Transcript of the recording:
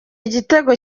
igitego